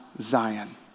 Zion